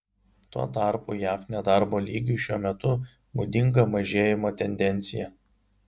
tuo tarpu jav nedarbo lygiui šiuo metu būdinga mažėjimo tendencija